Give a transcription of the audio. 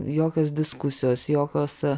jokios diskusijos jokios